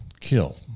kill